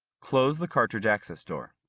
close the cartridge access door.